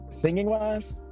singing-wise